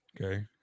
okay